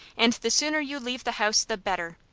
and the sooner you leave the house the better!